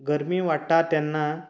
गरमी वाडटा तेन्ना